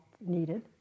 needed